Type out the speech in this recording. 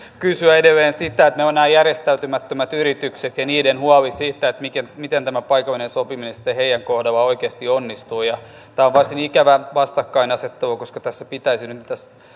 kysyä edelleen sitä että meillä on nämä järjestäytymättömät yritykset ja niiden huoli siitä miten tämä paikallinen sopiminen sitten heidän kohdallaan oikeasti onnistuu tämä on varsin ikävä vastakkainasettelu koska tässä pitäisi nyt nyt